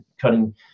cutting